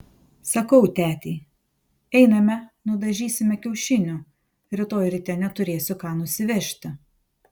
sakau tetei einame nudažysime kiaušinių rytoj ryte neturėsiu ką nusivežti